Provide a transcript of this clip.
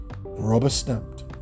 rubber-stamped